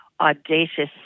audacious